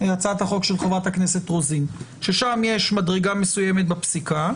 הצעת החוק של חברת הכנסת רוזין ששם יש מדרגה מסוימת בפסיקה.